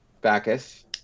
Bacchus